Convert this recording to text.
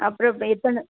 அப்புறோம் இப்போ எத்தனை